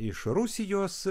iš rusijos